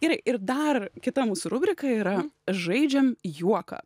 gerai ir dar kita mūsų rubrika yra žaidžiam juoką